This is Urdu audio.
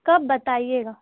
کب بتائیے گا